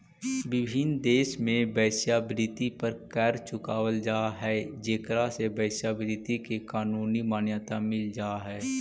विभिन्न देश में वेश्यावृत्ति पर कर चुकावल जा हई जेकरा से वेश्यावृत्ति के कानूनी मान्यता मिल जा हई